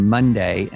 Monday